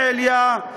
מעיליא,